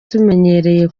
tumenyereye